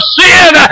sin